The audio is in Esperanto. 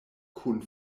kun